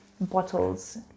bottles